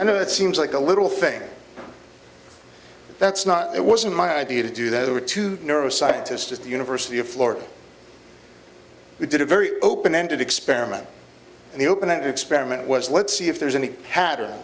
and it seems like a little thing that's not it wasn't my idea to do that over two neuroscientists at the university of florida we did a very open ended experiment in the open experiment was let's see if there's any pat